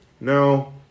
No